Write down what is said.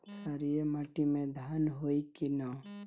क्षारिय माटी में धान होई की न?